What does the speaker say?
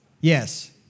Yes